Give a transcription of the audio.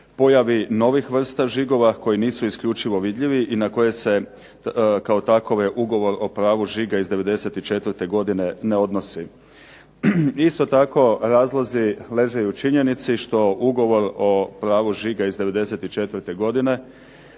pojavi novih vrsta žigova koji nisu isključivo vidljivi i na koje se kao takove Ugovor o pravu žiga iz '94. godine ne odnosi. Isto tako razlozi leže i u činjenici što Ugovor o pravu žiga iz '94. godine